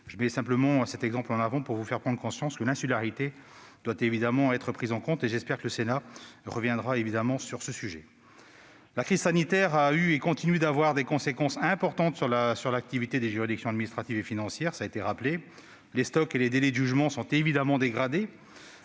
Avec cet exemple, mes chers collègues, je veux vous faire prendre conscience que l'insularité doit évidemment être prise en compte. J'espère que le Sénat reviendra sur ce sujet. La crise sanitaire a eu et continue d'avoir des conséquences importantes sur l'activité des juridictions administratives et financières. Les stocks et les délais de jugement se sont évidemment dégradés,